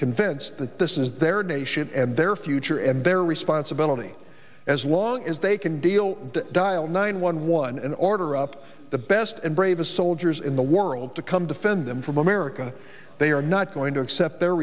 convinced that this is their nation and their future and their responsibility as long as they can deal to dial nine one one in order up the best and bravest soldiers in the world to come defend them from america they are not going to accept their